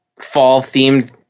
fall-themed